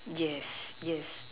yes yes